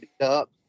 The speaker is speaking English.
up